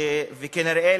וכנראה,